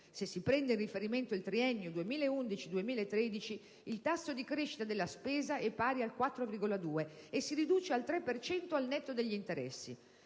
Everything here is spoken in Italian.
Se si prende in riferimento il triennio 2011-2013, il tasso di crescita della spesa è pari al 4,2 per cento, e si riduce al 3 al netto degli interessi.